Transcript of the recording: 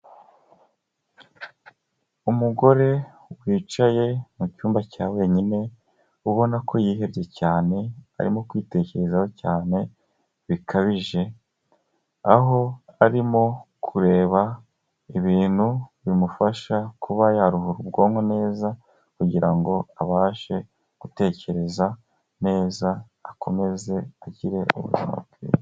Umugore wicaye mu cyumba cya wenyine, ubona ko yihebye cyane arimo kwitekerezaho cyane bikabije aho arimo kureba ibintu bimufasha kuba yaruhura ubwonko neza kugira ngo abashe gutekereza neza, akomeze agire ubuzima bwiza.